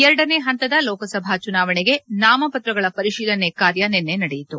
ಎರಡನೇ ಹಂತದ ಲೋಕಸಭಾ ಚುನಾವಣೆಗೆ ನಾಮಪತ್ರಗಳ ಪರಿಶೀಲನೆ ಕಾರ್ಯ ನಿನ್ವೆ ನಡೆಯಿತು